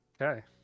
Okay